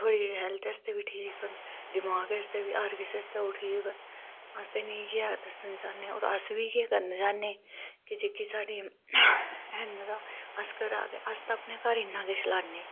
थोह्ड़ी हैल्थ आस्तै बी ठीक ऐ दिमाग आस्तै बी हर किसै आस्तै ठीक ऐ अस ते इयैं दस्सना चाह्न्ने ते इयै करना चाह्न्ने अस ते घर अपने इन्ना किछ लान्ने